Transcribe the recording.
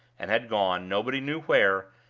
and had gone, nobody knew where,